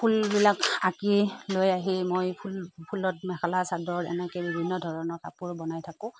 ফুলবিলাক আঁকি লৈ আহি মই ফুল ফুলত মেখেলা চাদৰ এনেকৈ বিভিন্ন ধৰণৰ কাপোৰ বনাই থাকোঁ